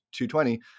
220